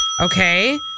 Okay